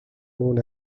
known